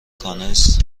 کانس